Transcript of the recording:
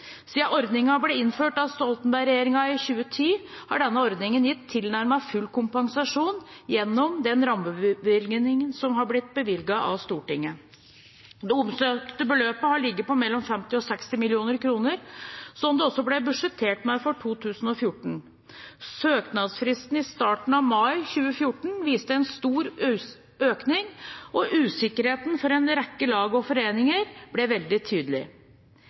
Siden ordningen ble innført av Stoltenberg-regjeringen i 2010, har denne ordningen gitt tilnærmet full kompensasjon gjennom den rammebevilgningen som har blitt bevilget av Stortinget. Det omsøkte beløpet har ligget på 50–60 mill. kr, som det også ble budsjettert med for 2014. Søknadsfristen i starten av mai 2014 viste en stor økning, og usikkerheten for en rekke lag og foreninger ble veldig tydelig.